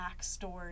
backstory